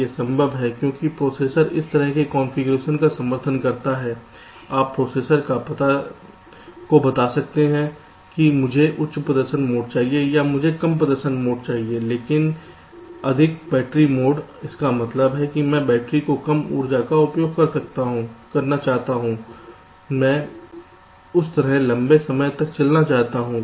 यह संभव है क्योंकि प्रोसेसर इस तरह के कॉन्फ़िगरेशन का समर्थन करता है आप प्रोसेसर को बता सकते हैं कि मुझे उच्च प्रदर्शन मोड चाहिए या मुझे कम प्रदर्शन चाहिए लेकिन अधिक बैटरी मोड इसका मतलब है मैं बैटरी से कम ऊर्जा का उपभोग करना चाहता हूं मैं उस तरह लंबे समय तक चलना चाहता हूं